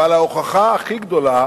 אבל ההוכחה הכי גדולה